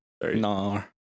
No